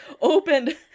opened